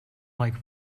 like